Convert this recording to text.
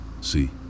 See